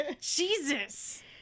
Jesus